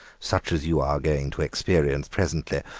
such as you are going to experience presently,